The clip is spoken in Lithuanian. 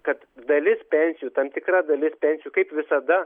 kad dalis pensijų tam tikra dalis pensijų kaip visada